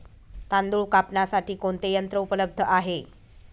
तांदूळ कापण्यासाठी कोणते यंत्र उपलब्ध आहे?